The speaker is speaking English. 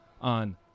on